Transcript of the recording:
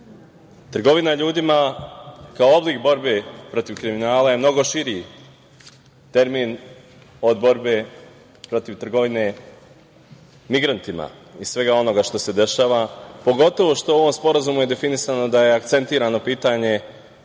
ljudima. Trgovina ljudima kao oblik borbe protiv kriminala je mnogo širi termin od borbe protiv trgovine migrantima i svega onoga što se dešava, pogotovo što je u ovom sporazumu definisano da je akcentirano pitanje